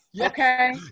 Okay